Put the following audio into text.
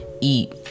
eat